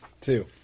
Two